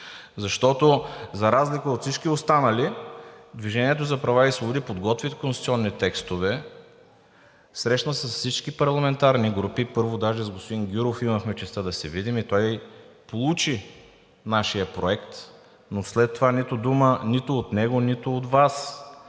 Защото за разлика от всички останали „Движение за права и свободи“ подготви конституционни текстове, срещна се с всички парламентарни групи. Първо даже с господин Гюров имахме честта да се видим и той получи нашия проект, но след това – нито дума нито от него, нито от Вас,